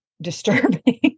disturbing